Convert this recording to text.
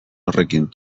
horrekin